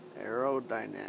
aerodynamics